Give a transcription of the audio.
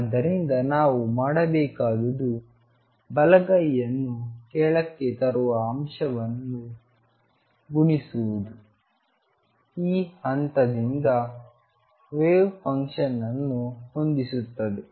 ಆದ್ದರಿಂದ ನಾವು ಮಾಡಬೇಕಾದುದು ಬಲಗೈಯನ್ನು ಕೆಳಕ್ಕೆ ತರುವ ಅಂಶಕ್ಕೆ ಗುಣಿಸುವುದು ಈ ಹಂತದಲ್ಲಿ ವೇವ್ ಫಂಕ್ಷನ್ ಅನ್ನು ಹೊಂದಿಸುತ್ತದೆ